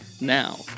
Now